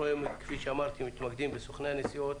אנו מתמקדים היום בסוכני הנסיעות,